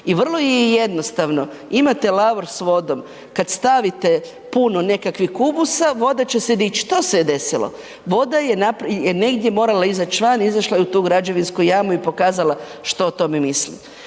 i vrlo je jednostavno. Imate lavor s vodom, kad stavite puno nekakvih kubusa, voda će se dići, to se je desilo. Voda je negdje morala izaći van, izašla je u tu građevinsku jamu i pokazala što o tome misli.